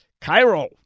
Cairo